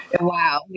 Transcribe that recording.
wow